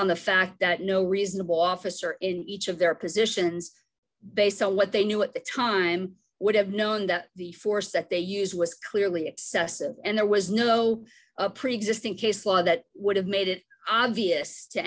on the fact that no reasonable officer in each of their positions based on what they knew at the time would have known that the force that they used was clearly excessive and there was no preexisting case law that would have made it obvious to